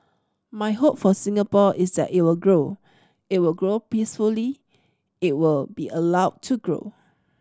my hope for Singapore is that it will grow it will grow peacefully it will be allowed to grow